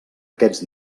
aquests